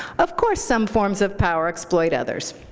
of course some forms of power exploit others.